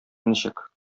ничек